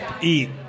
eat